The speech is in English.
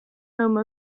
home